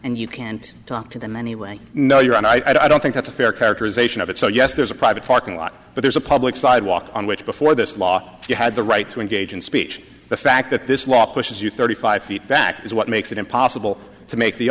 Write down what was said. and you can't talk to them anyway no you and i don't think that's a fair characterization of it so yes there's a private parking lot but there's a public sidewalk on which before this law you had the right to engage in speech the fact that this law pushes you thirty five feet back is what makes it impossible to make the